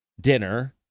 dinner—